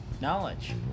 Knowledge